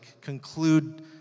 conclude